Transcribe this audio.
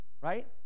right